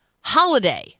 holiday